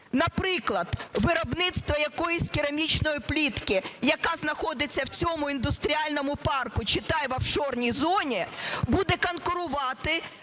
Наприклад, виробництво якоїсь керамічної плитки, яка знаходиться в цьому індустріальному парку, читай – в офшорній зоні, буде конкурувати